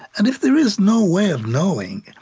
and if there is no way of knowing,